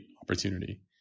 opportunity